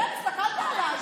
חברת הכנסת גוטליב.